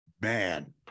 man